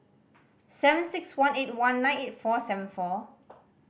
seven six one eight one nine eight four seven four